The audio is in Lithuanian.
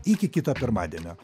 iki kito pirmadienio